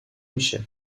میشه